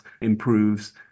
improves